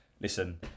listen